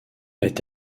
est